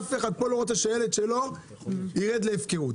אף אחד פה לא רוצה שהילד שלו ירד להפקרות.